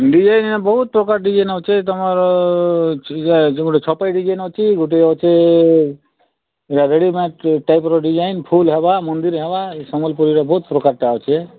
design ବହୁତ ପ୍ରକାର design ଅଛି ତୁମର ଅଛି ଏ ଯେଉଁ ଗୋଟିଏ ଛପରି ଡିଜାଇନ୍ ଅଛି ଗୋଟେ ଅଛି ରଗେଡ଼ି ମେଟ୍ ଟାଇପର ଡିଜାଇନ୍ ଫୁଲ ହେବା ମନ୍ଦିର ହେବା ଏଇ ସମ୍ବଲପୁରୀରେ ବହୁତ ପ୍ରକାରଟା ଅଛି